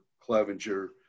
Clevenger